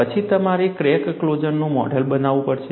પછી તમારે ક્રેક ક્લોઝરનું મોડેલ બનાવવું પડશે